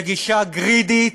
בגישה "גרידית",